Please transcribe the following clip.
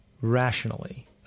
rationally